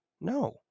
No